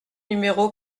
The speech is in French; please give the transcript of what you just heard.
numéro